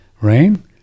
rain